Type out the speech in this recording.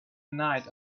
night